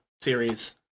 series